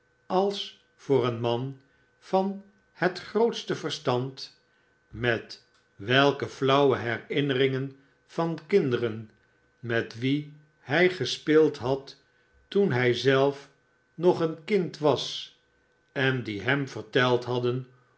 als voor een man van het grootstc verstand met welke flauwe herinneringen van kinderen met wie hij gespeeld had toen hij zelf nog een kind was en die hem verteld hadden